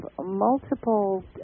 multiple